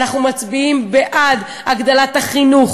אנחנו מצביעים בעד הגדלת החינוך,